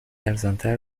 ارزانتر